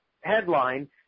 headline